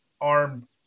arm